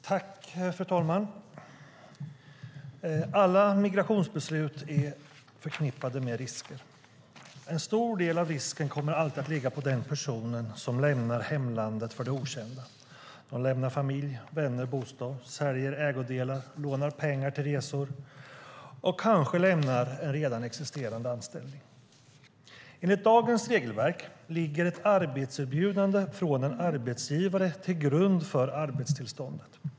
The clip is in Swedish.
Fru talman! Alla migrationsbeslut är förknippade med risker. En stor del av risken kommer alltid att ligga på den person som lämnar hemlandet för det okända, lämnar familj, vänner, bostad, säljer ägodelar, lånar pengar till resor och kanske lämnar en redan existerande anställning. Enligt dagens regelverk ligger ett arbetserbjudande från en arbetsgivare till grund för arbetstillståndet.